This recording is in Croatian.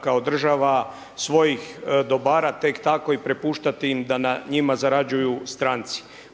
kao država svojih dobara tek tako i prepuštati im da na njima zarađuju stranci.